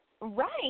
Right